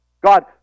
God